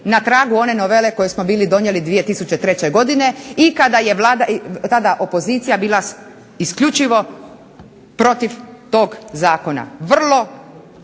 na tragu one novele koju smo bili donijeli 2003. godine i kada je tada opozicija bila isključivo protiv tog Zakona, vrlo